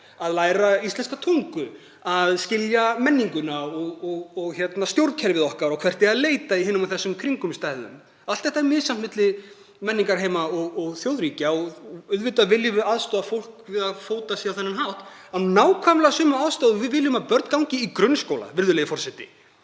að læra íslenska tungu, að skilja menninguna og stjórnkerfi okkar og hvert eigi að leita í hinum og þessum kringumstæðum. Allt þetta er misjafnt milli menningarheima og þjóðríkja og auðvitað viljum við aðstoða fólk við að fóta sig á þennan hátt, af nákvæmlega sömu ástæðu og við viljum að börn gangi í grunnskóla, virðulegi forseti.